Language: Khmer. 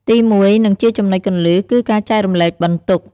ទីមួយ និងជាចំណុចគន្លឹះ គឺ ការចែករំលែកបន្ទុក។